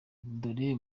dore